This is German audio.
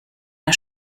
der